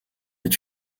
est